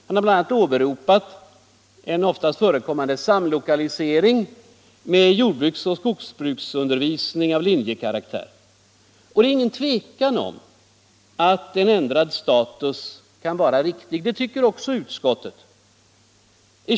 Han har bl.a. åberopat en ofta förekommande samlokalisering med jordbruksoch skogsbruksundervisning av linjekaraktär. Det är inget tvivel om att en ändrad status kan vara riktig. Det tycker utskottet också.